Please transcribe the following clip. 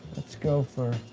let's go for